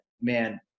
man